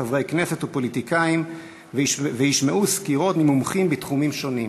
חברי כנסת ופוליטיקאים וישמעו סקירות ממומחים בתחומים שונים.